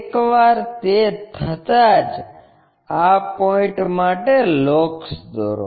એકવાર તે થતાં જ આ પોઇન્ટ માટે લોકસ દોરો